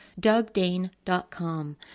DougDane.com